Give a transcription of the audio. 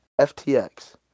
FTX